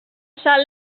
sal